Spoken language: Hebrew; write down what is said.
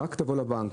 רק תבוא לבנק,